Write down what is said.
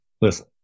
Listen